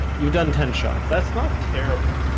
you've done ten shots, that's not terrible.